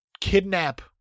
kidnap